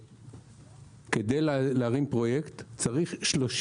כדי להרים פרויקט צריך 37